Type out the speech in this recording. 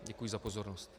Děkuji za pozornost.